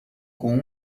com